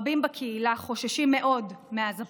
רבים בקהילה חוששים מאוד מאז הבחירות.